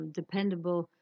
dependable